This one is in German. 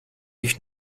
ich